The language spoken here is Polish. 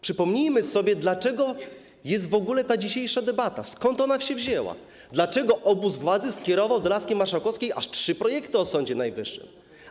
Przypomnijmy sobie, dlaczego jest w ogóle ta dzisiejsza debata, skąd ona się wzięła, dlaczego obóz władzy skierował do laski marszałkowskiej aż trzy projekty o Sądzie Najwyższym.